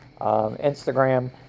Instagram